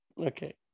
Okay